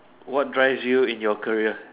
what drives you in your career